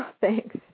Thanks